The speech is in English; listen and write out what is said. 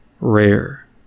Rare